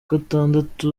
gatandatu